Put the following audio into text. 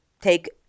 take